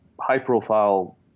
high-profile